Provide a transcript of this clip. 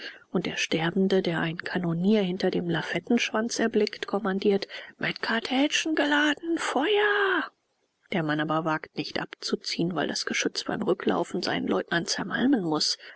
und der sterbende der einen kanonier hinter dem lafettenschwanz erblickt kommandiert mit kartätschen geladen feuer der mann aber wagt nicht abzuziehen weil das geschütz beim rücklaufen seinen leutnant zermalmen muß